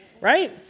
right